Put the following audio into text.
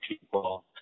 people